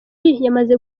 yamaze